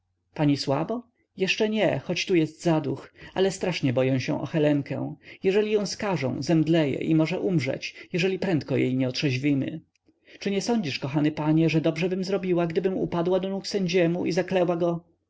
pani słabo jeszcze nie choć tu jest zaduch ale strasznie boję się o helenkę jeżeli ją skażą zemdleje i może umrzeć jeżeli prędko jej nie otrzeźwimy czy nie sądzisz kochany panie że dobrzebym zrobiła gdybym upadła do nóg sędziemu i zaklęła go